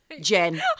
Jen